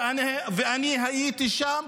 ואני הייתי שם,